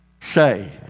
say